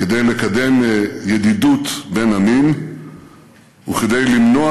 כדי לקדם ידידות בין עמים וכדי למנוע